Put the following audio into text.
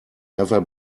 never